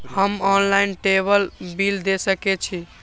हम online table bill दे सके छी?